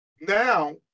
now